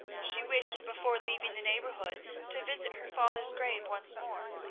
she wished before leaving the neighbourhood to visit her father's grave once more.